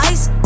Ice